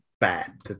bad